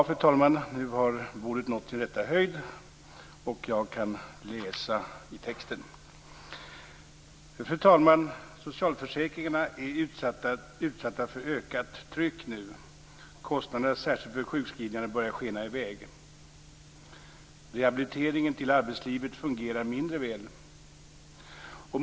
Fru talman! Socialförsäkringarna är nu utsatta för ökat tryck. Kostnaderna för särskilt sjukskrivningarna börjar skena i väg. Rehabiliteringen till arbetslivet fungerar mindre väl.